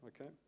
okay